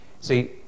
See